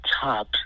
top